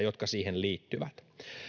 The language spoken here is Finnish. jotka siihen liittyvät